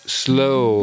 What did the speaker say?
slow